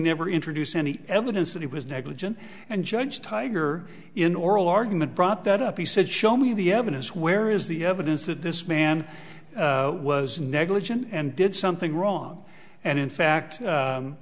never introduce any evidence that he was negligent and judge tiger in oral argument brought that up he said show me the evidence where is the evidence that this man was negligent and did something wrong and in fact